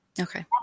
Okay